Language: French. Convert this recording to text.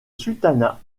sultanat